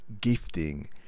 gifting